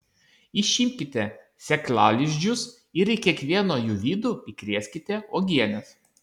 išimkite sėklalizdžius ir į kiekvieno jų vidų įkrėskite uogienės